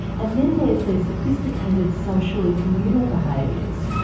and then there's their sophisticated social and communal behaviours.